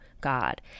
God